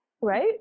Right